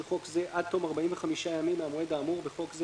חוק זה עד תום 45 ימים מהמועד האמור (בחוק זה,